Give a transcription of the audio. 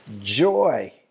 Joy